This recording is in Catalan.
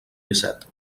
disset